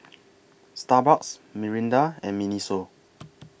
Starbucks Mirinda and Miniso